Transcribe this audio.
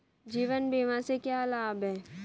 जीवन बीमा से क्या लाभ हैं?